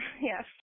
yes